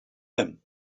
him